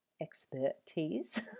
expertise